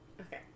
Okay